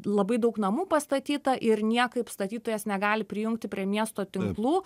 labai daug namų pastatyta ir niekaip statytojas negali prijungti prie miesto tinklų